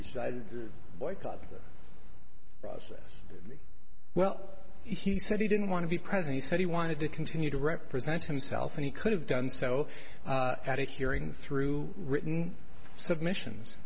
decided to boycott the process well he said he didn't want to be present he said he wanted to continue to represent himself and he could have done so at a hearing through written submissions